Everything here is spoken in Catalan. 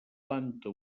planta